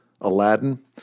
Aladdin